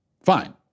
Fine